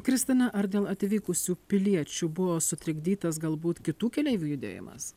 kristina ar dėl atvykusių piliečių buvo sutrikdytas galbūt kitų keleivių judėjimas